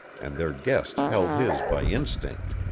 and their guest held his by instinct.